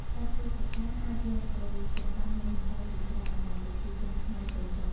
សាច់ទាកាប៉ាអាចយកទៅចម្អិនមុខម្ហូបជាច្រើនដែលប្រជាជនខ្មែរចូលចិត្ត។